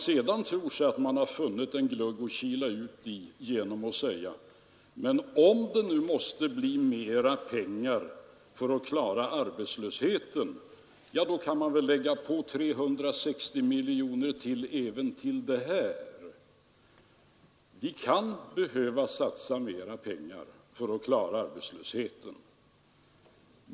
Sedan kanske man tror sig ha funnit en glugg att kila ut i genom att säga: Men om det nu måste till mera pengar för att klara arbetslösheten, så kan man väl lägga till ytterligare 360 miljoner här för att ordna den saken! Vi kan behöva satsa mera pengar för att klara arbetslösheten.